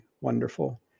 wonderful